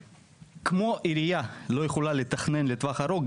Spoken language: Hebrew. כמו שהעירייה לא יכולה לתכנן לטווח ארוך,